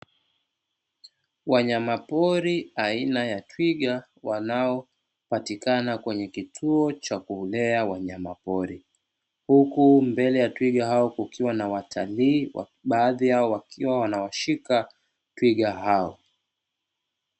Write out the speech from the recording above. Wanyama pori aina ya twiga wanaopatikana kwenye kituo cha kulea wanyama pori, huku mbele ya twiga hao kukiwa na watalii baadhi yao wakiwa wanawashika twiga hao.